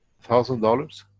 thousand dollars?